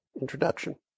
introduction